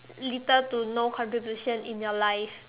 little to no contribution in your life